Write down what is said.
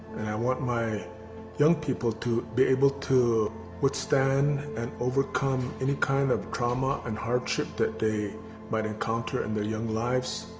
and i want my young people to be able to withstand and overcome any kind of trauma and hardship that they might encounter in and their young lives.